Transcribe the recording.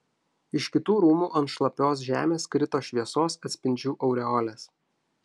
iš kitų rūmų ant šlapios žemės krito šviesos atspindžių aureolės